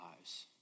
lives